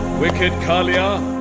wicked kalia,